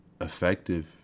effective